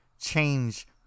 change